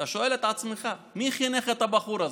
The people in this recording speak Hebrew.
אתה שואל את עצמך: מי חינך את הבחור הזה?